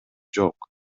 жок